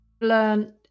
learned